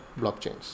blockchains